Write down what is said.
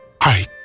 I